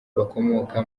bakomoka